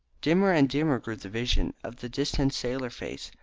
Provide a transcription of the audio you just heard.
dimmer and dimmer grew the vision of the distant sailor face,